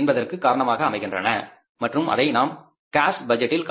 என்பதற்கு காரணமாக அமைகின்றது மற்றும் அதை நாம் கேஸ் பட்ஜெட்டில் காட்ட வேண்டும்